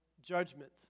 judgment